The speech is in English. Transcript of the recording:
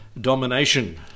domination